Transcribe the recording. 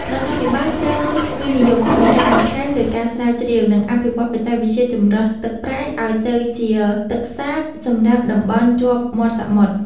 រដ្ឋាភិបាលត្រូវវិនិយោគថវិកាបន្ថែមលើការស្រាវជ្រាវ និងអភិវឌ្ឍន៍បច្ចេកវិទ្យាចម្រោះទឹកប្រៃឱ្យទៅជាទឹកសាបសម្រាប់តំបន់ជាប់មាត់សមុទ្រ។